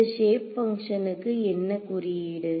இந்த க்ஷேப் பங்ஷனுக்கு என்ன குறியீடு